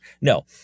no